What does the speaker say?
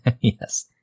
Yes